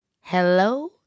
hello